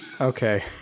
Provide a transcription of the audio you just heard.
Okay